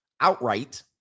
outright